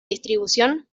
distribución